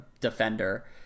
defender